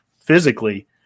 physically